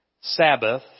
Sabbath